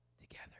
together